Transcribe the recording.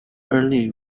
early